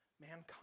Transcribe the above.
Mankind